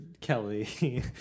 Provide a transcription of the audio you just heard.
Kelly